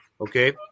Okay